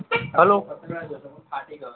હાલો